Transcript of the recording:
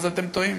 אתם טועים,